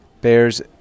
Bears